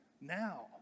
now